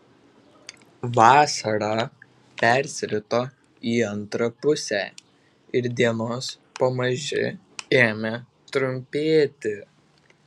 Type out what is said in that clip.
vasara persirito į antrą pusę ir dienos pamaži ėmė trumpėti